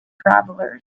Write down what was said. travelers